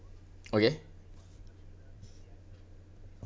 okay